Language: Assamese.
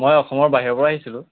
মই অসমৰ বাহিৰৰ পৰা আহিছিলোঁ